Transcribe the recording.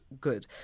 good